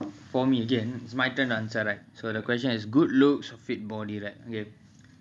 okay nice question for me okay it's my turn to answer ah okay so the question is good looks or fit body okay